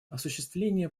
осуществление